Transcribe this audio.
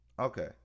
Okay